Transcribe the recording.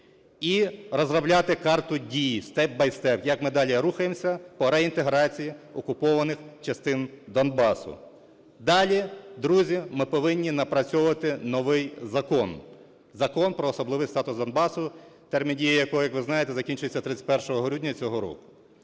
і розробляти карту дій step by step – як ми далі рухаємося по реінтеграції окупованих частин Донбасу. Далі, друзі, ми повинні напрацьовувати новий закон – Закон про особливий статус Донбасу, термін дії якого, як ви знаєте, закінчується 31 грудня цього року.